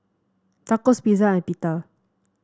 Tacos Pizza and Pita